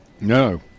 No